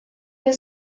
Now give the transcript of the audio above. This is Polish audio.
nie